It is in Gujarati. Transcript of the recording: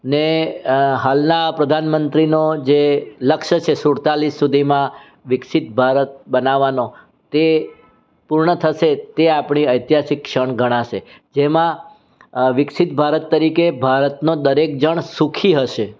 ને હાલના પ્રધાનમંત્રીનો જે લક્ષ્ય છે સુડતાલીસ સુધીમાં વિકસિત ભારત બનાવવાનો તે પૂર્ણ થશે તે આપણી ઐતિહાસિક ક્ષણ ગણાશે જેમાં વિકસિત ભારત તરીકે ભારતનો દરેક જણ સુખી હશે